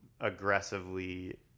aggressively